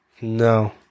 no